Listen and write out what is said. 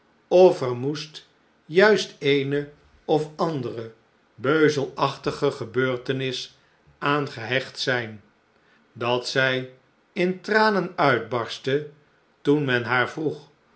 of er moest juist eene of andere beuzelachtige gebeurtenis aan gehecht zijn dat zij in tranen uitbarstte toen men haar vroeg